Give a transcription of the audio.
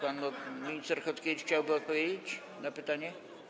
Pan minister Chodkiewicz chciałby odpowiedzieć na pytanie?